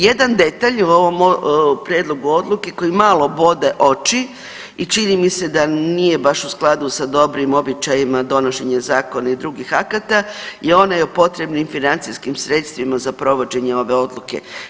Jedan detalj u ovom prijedlogu odluke koji malo bode oči i čini mi se da nije baš u skladu sa dobrim običajima donošenja zakona i drugih akata je onaj o potrebnim financijskim sredstvima za provođenje ove odluke.